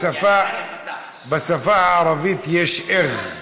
בשפה הערבית יש ר'ין,